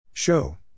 show